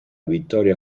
vittoria